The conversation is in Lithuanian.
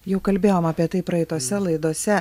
jau kalbėjom apie tai praeitose laidose